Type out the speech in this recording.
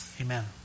Amen